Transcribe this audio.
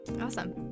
Awesome